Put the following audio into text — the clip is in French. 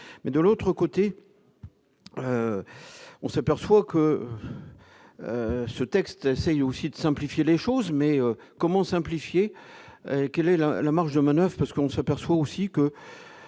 mais de l'autre côté, on s'aperçoit que ce texte essayent aussi de simplifier les choses, mais comment simplifier, quelle est la la marge de manoeuvre parce qu'on s'aperçoit aussi que